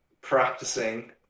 practicing